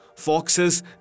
Foxes